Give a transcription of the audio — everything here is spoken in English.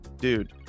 Dude